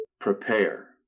prepare